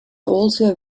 also